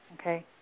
okay